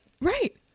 Right